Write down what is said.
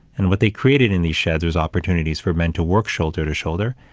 and what they created in these sheds was opportunities for men to work shoulder to shoulder.